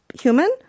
human